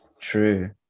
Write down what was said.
true